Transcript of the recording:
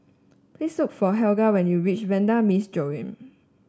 please look for Helga when you reach Vanda Miss Joaquim